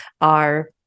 are-